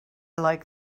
like